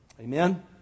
Amen